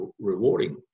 rewarding